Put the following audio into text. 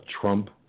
Trump